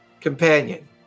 companion